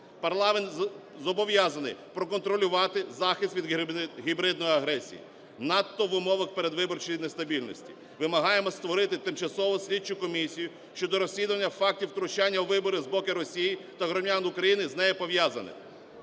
Парламент зобов'язаний проконтролювати захист від гібридної агресії, надто в умовах передвиборчої нестабільності. Вимагаємо створити тимчасову слідчу комісію щодо розслідування фактів втручання у вибори з боку Росії та громадян України з нею пов'язаних.